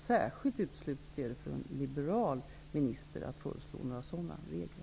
Särskilt för en liberal minister är det uteslutet att föreslå sådana regler.